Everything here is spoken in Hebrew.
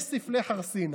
יש ספלי חרסינה.